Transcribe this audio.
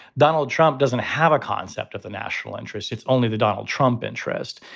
donald trump doesn't have a concept of the national interest. it's only the donald trump interest.